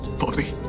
bobby?